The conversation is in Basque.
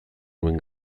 nuen